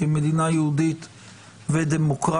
כמדינה יהודית ודמוקרטית,